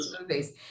movies